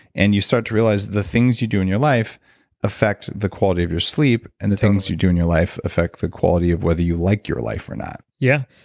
and you start to realize, the things you do in your life affect the quality of your sleep and the things you do in your life affect the quality of whether you like your life or not yeah,